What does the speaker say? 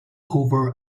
over